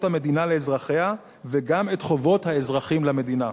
המדינה לאזרחיה וגם את חובות האזרחים למדינה.